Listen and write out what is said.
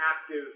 active